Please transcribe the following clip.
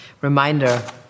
reminder